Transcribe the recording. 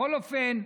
בכל אופן,